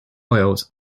oils